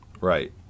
Right